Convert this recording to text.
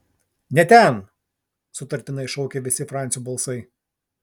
ne ten sutartinai šaukė visi francio balsai